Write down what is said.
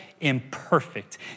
imperfect